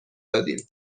دادیم